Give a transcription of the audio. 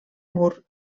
mur